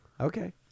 Okay